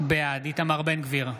בעד איתמר בן גביר,